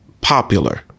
popular